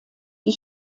die